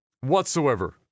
Whatsoever